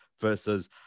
versus